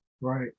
Right